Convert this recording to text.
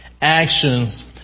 actions